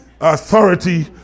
authority